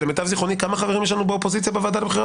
למיטב זיכרוני כמה חברים יש לנו באופוזיציה בוועדה לבחירת